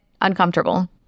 uncomfortable